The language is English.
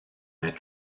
that